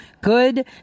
good